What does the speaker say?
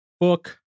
book